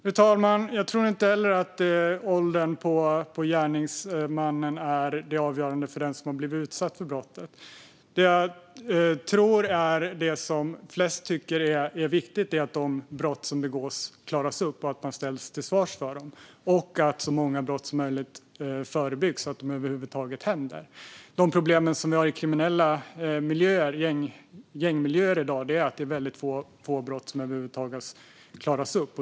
Fru talman! Jag tror inte heller att åldern på gärningsmannen är det avgörande för den som blir utsatt för brottet. Det jag tror att de flesta tycker är viktigt är att de brott som begås klaras upp, att de som begått dem ställs till svars för dem och att så många brott som möjligt förebyggs så att de över huvud taget aldrig händer. De problem vi har i dag när det gäller kriminella miljöer, gängmiljöer, är att väldigt få brott över huvud taget klaras upp.